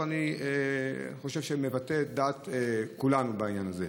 ואני חושב שאני מבטא את דעת כולנו בעניין הזה.